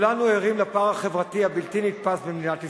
כולנו ערים לפער החברתי הבלתי נתפס במדינת ישראל,